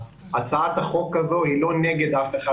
הצעת החוק הזו היא לא נגד אף אחד,